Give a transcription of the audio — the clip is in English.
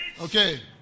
Okay